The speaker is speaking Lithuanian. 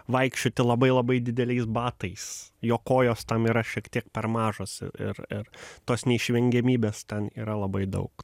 vaikščioti labai labai dideliais batais jo kojos tam yra šiek tiek per mažos ir ir tos neišvengiamybės ten yra labai daug